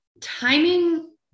timing